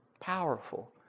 Powerful